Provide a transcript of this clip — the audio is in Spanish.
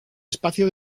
espacio